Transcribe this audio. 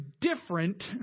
different